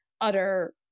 utter